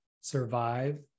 survive